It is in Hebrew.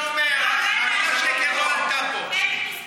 אתה אומר שיושב-ראש הוועדה משקר?